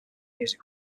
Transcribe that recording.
music